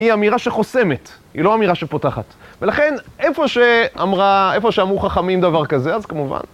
היא אמירה שחוסמת, היא לא אמירה שפותחת, ולכן, איפה שאמרה, איפה שאמרו חכמים דבר כזה, אז כמובן...